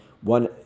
one